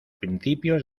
principios